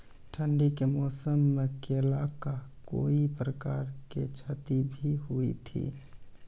ठंडी के मौसम मे केला का कोई प्रकार के क्षति भी हुई थी?